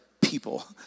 people